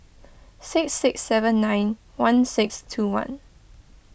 six six seven nine one six two one